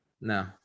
No